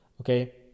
okay